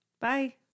Bye